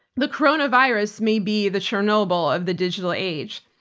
the coronavirus may be the chernobyl of the digital age.